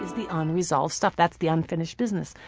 the unresolved stuff, that's the unfinished business.